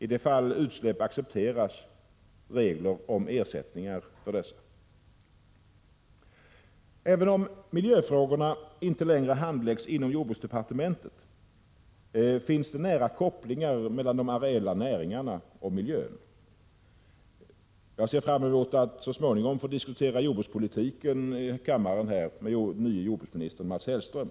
I de fall utsläpp accepteras, bör regler finnas om ersättningar för dessa. Även om miljöfrågorna inte längre handläggs inom jordbruksdepartemen tet finns det nära kopplingar mellan de areella näringarna och miljön. Jag ser fram emot att så småningom få diskutera jordbrukspolitiken här i kammaren med den nye jordbruksministern Mats Hellström.